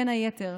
בין היתר,